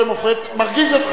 מרגיז אותך משהו.